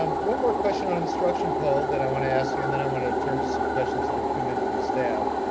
um one more question on instruction, paul, that i want to ask you, and then i want to turn to some questions that have come in from staff.